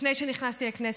לפני שנכנסתי לכנסת,